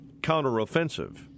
counteroffensive